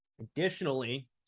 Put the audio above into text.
additionally